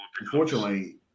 Unfortunately